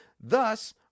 thus